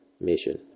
mission